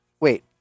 wait